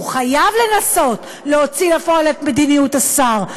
הוא חייב לנסות להוציא לפועל את מדיניות השר,